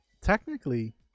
technically